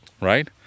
Right